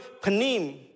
panim